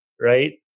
right